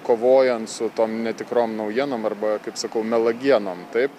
kovojant su tom netikrom naujienom arba kaip sakau melagienom taip